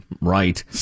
Right